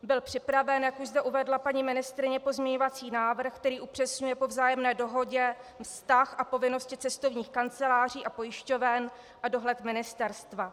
Byl připraven, jak už zde uvedla paní ministryně, pozměňovací návrh, který upřesňuje po vzájemné dohodě vztah a povinnosti cestovních kanceláří a pojišťoven a dohled ministerstva.